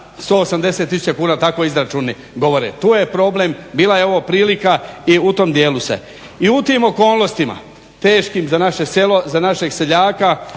180 000 kuna tako izračuni govore. Tu je problem, bila je ovo prilika i u tom dijelu se i u tim okolnostima teškim za naše sele, za našeg seljaka